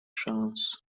szans